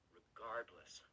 regardless